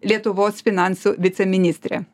lietuvos finansų viceministrė